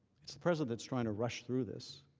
is the president that is try to rush through this.